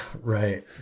Right